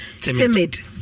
timid